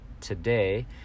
today